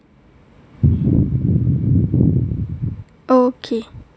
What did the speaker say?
okay